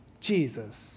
Jesus